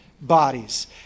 Bodies